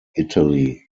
italy